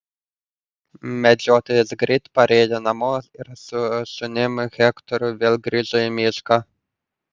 medžiotojas greit parėjo namo ir su šunim hektoru vėl grįžo į mišką